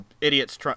idiots